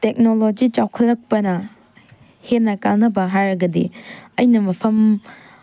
technology ꯆꯥꯎꯈꯠꯂꯛꯄꯅ ꯍꯦꯟꯅ ꯀꯥꯟꯅꯕ ꯍꯥꯏꯔꯒꯗꯤ ꯑꯩꯅ ꯃꯐꯝ